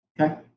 Okay